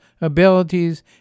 abilities